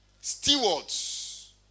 stewards